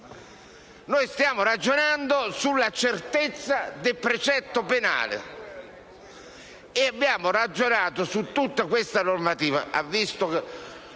invece ragionando sulla certezza del precetto penale e abbiamo ragionato su tutta questa normativa. Ha visto che